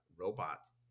robots